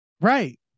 right